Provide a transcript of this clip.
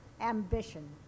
Ambition